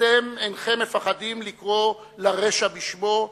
אתם אינכם מפחדים לקרוא לרשע בשמו,